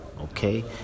Okay